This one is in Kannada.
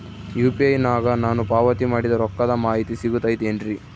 ಯು.ಪಿ.ಐ ನಾಗ ನಾನು ಪಾವತಿ ಮಾಡಿದ ರೊಕ್ಕದ ಮಾಹಿತಿ ಸಿಗುತೈತೇನ್ರಿ?